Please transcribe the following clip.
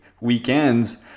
weekends